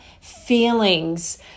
feelings